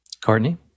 Courtney